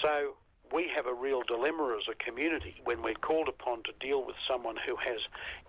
so we have a real dilemma as a community when we're called upon to deal with someone who has